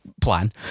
plan